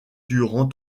durant